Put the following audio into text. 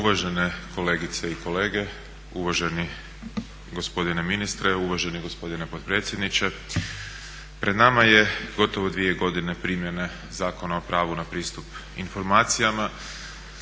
Uvažene kolegice i kolege, uvaženi gospodine ministre, uvaženi gospodine potpredsjedniče. Pred nama je gotovo 2 godine primjene Zakona o pravu na pristup informacijama.